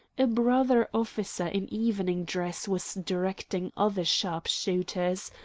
a brother officer in evening dress was directing other sharp-shooters,